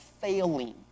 failing